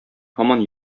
һаман